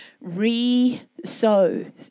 re-sow